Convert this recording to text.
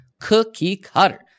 cookie-cutter